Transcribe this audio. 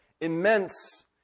immense